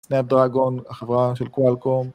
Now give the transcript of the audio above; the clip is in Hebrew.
סנאפ דרגון, החברה של קוואלקום.